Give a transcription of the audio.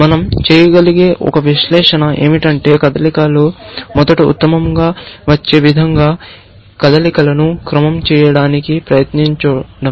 మనం చేయగలిగే ఒక విశ్లేషణ ఏమిటంటే కదలికలు మొదట ఉత్తమంగా వచ్చే విధంగా కదలికలను క్రమం చేయడానికి ప్రయత్నించడం